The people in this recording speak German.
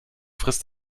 frisst